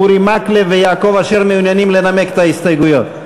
אורי מקלב ויעקב אשר מעוניינים לנמק את ההסתייגויות?